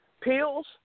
Pills